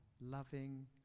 loving